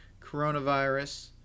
coronavirus